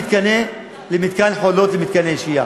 אחר כך, למתקן "חולות", למתקני שהייה.